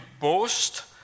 boast